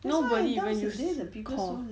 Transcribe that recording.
nobody even use call